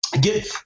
Get